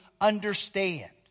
understand